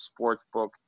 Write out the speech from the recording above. sportsbook